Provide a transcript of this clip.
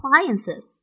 appliances